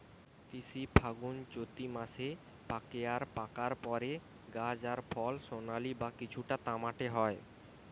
তিসি ফাল্গুনচোত্তি মাসে পাকে আর পাকার পরে গাছ আর ফল সোনালী বা কিছুটা তামাটে হয়